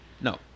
No